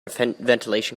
ventilation